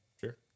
Sure